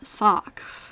socks